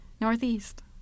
northeast